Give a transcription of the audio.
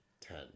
ten